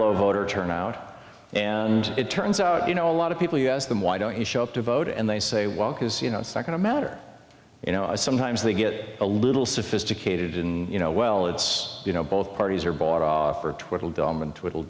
low voter turnout and it turns out you know a lot of people yes them why don't you show up to vote and they say well because you know second a matter you know sometimes they get a little sophisticated in you know well it's you know both parties are bought off or twiddle dallman to it